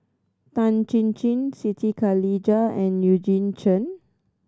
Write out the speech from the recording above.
Tan Chin Chin Siti Khalijah and Eugene Chen